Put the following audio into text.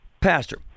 Pastor